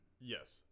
Yes